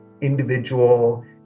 individual